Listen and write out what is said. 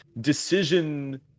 decision